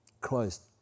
Christ